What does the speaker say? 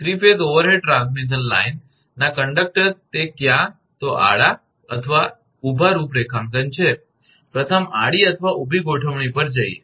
3 phase overhead transmission લાઇનના conductor તે ક્યાં તો આડા અથવા ઊભા રૂપરેખાંકન છે પ્રથમ આડી અથવા ઊભી ગોઠવણી પર જઇએ